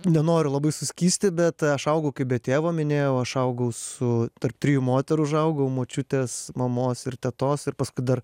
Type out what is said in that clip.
nenoriu labai suskysti bet aš augau kaip be tėvo minėjau aš augau su tarp trijų moterų užaugau močiutės mamos ir tetos ir paskui dar